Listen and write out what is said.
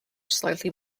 slightly